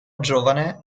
giovane